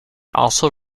also